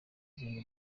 izindi